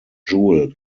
jewel